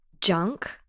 junk